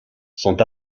sont